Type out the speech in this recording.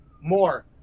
more